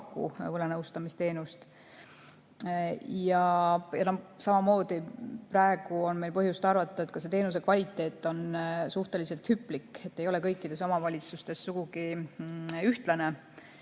paku võlanõustamisteenust. Praegu on meil põhjust arvata, et teenuse kvaliteet on suhteliselt hüplik, ei ole kõikides omavalitsustes sugugi ühtlane.